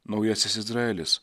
naujasis izraelis